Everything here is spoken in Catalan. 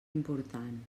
important